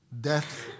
Death